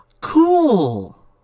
Cool